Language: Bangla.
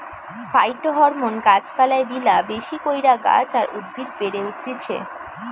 ফাইটোহরমোন গাছ পালায় দিলা বেশি কইরা গাছ আর উদ্ভিদ বেড়ে উঠতিছে